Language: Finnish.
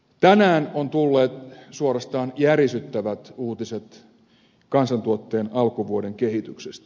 tänään ovat tulleet suorastaan järisyttävät uutiset kansantuotteen alkuvuoden kehityksestä